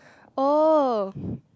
oh